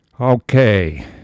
Okay